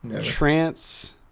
Trance